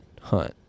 hunt